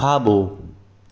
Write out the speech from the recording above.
खाॿो